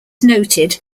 noted